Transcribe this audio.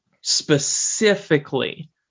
specifically